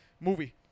movie